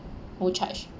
no charge